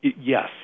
Yes